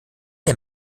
der